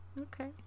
okay